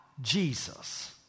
Jesus